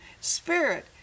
spirit